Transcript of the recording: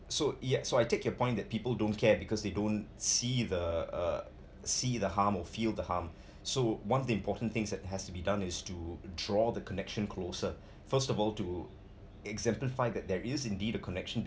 so yeah so I take your point that people don't care because they don't see the uh see the harm or feel the harm so one of the important things that has to be done is to draw the connection closer first of all to exemplify that there is indeed a connection